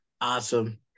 awesome